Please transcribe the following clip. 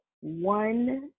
one